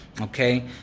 okay